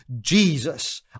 Jesus